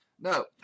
No